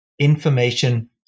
Information